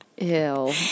Ew